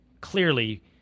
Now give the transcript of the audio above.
clearly